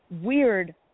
weird